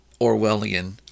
Orwellian